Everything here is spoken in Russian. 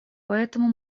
поэтому